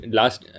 last